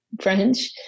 French